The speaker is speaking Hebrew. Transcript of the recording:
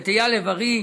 את אייל לב ארי,